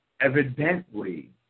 evidently